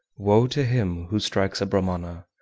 woe to him who strikes a brahmana,